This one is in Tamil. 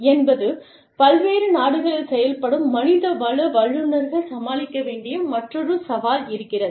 என்பது பல்வேறு நாடுகளில் செயல்படும் மனிதவள வல்லுநர்கள் சமாளிக்க வேண்டிய மற்றொரு சவால் இருக்கிறது